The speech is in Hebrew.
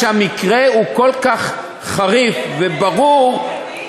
המקרה הוא כל כך חריף וברור,